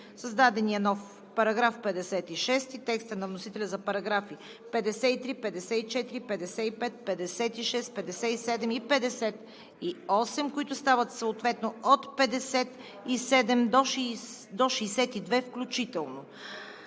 създаденият нов § 56; текста на вносителя за параграфи 53, 54, 55, 56, 57 и 58, които стават съответно параграфи от 57 до 62 включително;